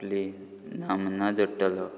आपली नामना जोडटलो